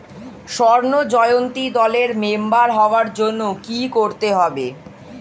স্বর্ণ জয়ন্তী দলের মেম্বার হওয়ার জন্য কি করতে হবে?